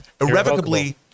irrevocably